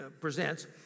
presents